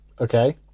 okay